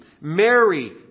Mary